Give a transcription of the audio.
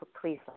please